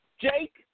Jake